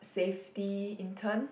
safety intern